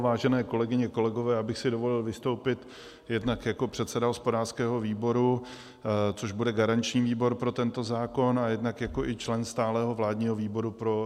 Vážené kolegyně kolegové, já bych si dovolil vystoupit jednak jako předseda hospodářského výboru, což bude garanční výbor pro tento zákon, a jednak i jako člen stálého vládního výboru pro jadernou energetiku.